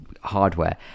hardware